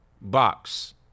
Box